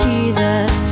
Jesus